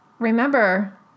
Remember